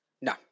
No